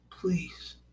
Please